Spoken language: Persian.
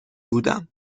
بودم